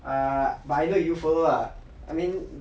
err but I know you follow lah I mean